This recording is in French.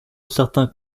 certains